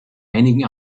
einigen